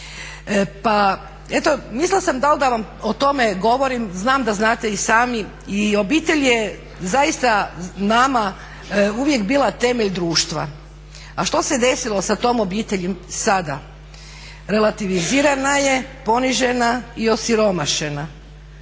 Pa eto mislila sam da li da vam o tome govorim, znam da znate i sami i obitelj je zaista nama uvijek bila temelj društva. A što se desilo sa tom obitelji sada? Relativizirana je, ponižena i osiromašena.